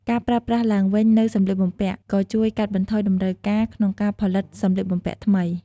ការប្រើប្រាស់ឡើងវិញនូវសម្លៀកបំពាក់ ក៏ជួយកាត់បន្ថយតម្រូវការក្នុងការផលិតសម្លៀកបំពាក់ថ្មី។